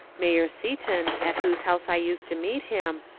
mayor seaton, at whose house i used to meet him,